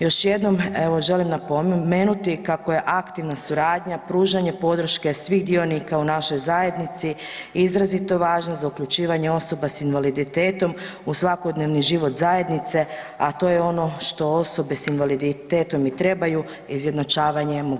Još jednom evo želim napomenuti kako je aktivna suradnja, pružanje podrške svih dionika u našoj zajednici izrazito važno za uključivanje osoba s invaliditetom u svakodnevni život zajednice, a to je ono što osobe s invaliditetom i trebaju izjednačavanje mogućnosti.